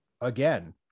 again